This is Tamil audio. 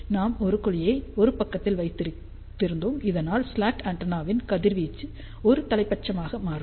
எனவே நாம் ஒரு குழியை ஒரு பக்கத்தில் வைத்திருந்தோம் இதனால் ஸ்லாட் ஆண்டெனாவின் கதிர்வீச்சு ஒருதலைப்பட்சமாக மாறும்